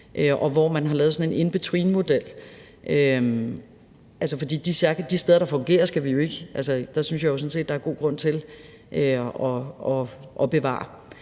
og hvor man har lavet sådan en inbetweenmodel. For de steder, der fungerer, synes jeg jo at der er god grund til at bevare.